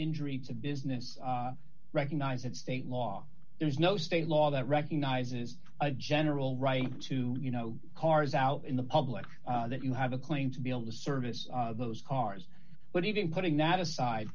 injury to business recognize that state law there's no state law that recognizes a general right to you know cars out in the public that you have a claim to be able to service those cars but even putting that aside